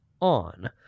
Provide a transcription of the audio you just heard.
on